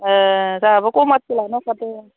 जाहाबो कमार्ससो लानो सानदों